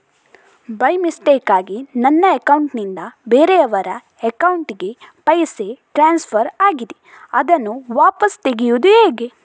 By ಮಿಸ್ಟೇಕಾಗಿ ನನ್ನ account ನಿಂದ ಬೇರೆಯವರ ಅಕೌಂಟ್ ಗೆ ಪೈಸೆ ಟ್ರಾನ್ಸ್ಫರ್ ಆಗಿದೆ ಅದನ್ನು ವಾಪಸ್ ತೆಗೆಯೂದು ಹೇಗೆ?